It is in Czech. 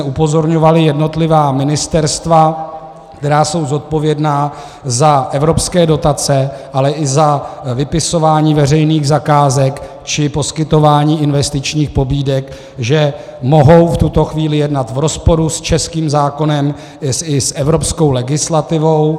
Upozorňovali jsme jednotlivá ministerstva, která jsou zodpovědná za evropské dotace, ale i za vypisování veřejných zakázek či poskytování investičních pobídek, že mohou v tuto chvíli jednat v rozporu s českým zákonem i s evropskou legislativou.